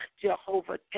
Jehovah